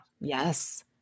Yes